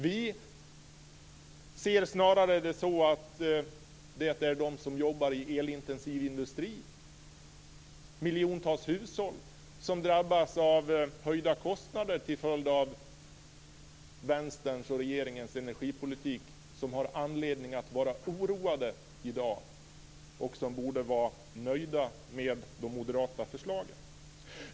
Vi ser det snarare så att det är de som jobbar i elintensiv industri - och människor i miljontals hushåll som drabbas av höjda kostnader till följd av Vänsterns och regeringens energipolitik - som har anledning att vara oroade i dag och som borde vara nöjda med de moderata förslagen.